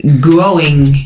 growing